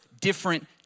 different